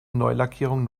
neulackierung